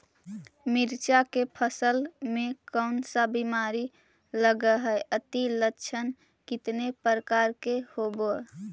मीरचा के फसल मे कोन सा बीमारी लगहय, अती लक्षण कितने प्रकार के होब?